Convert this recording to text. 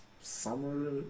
summer